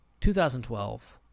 2012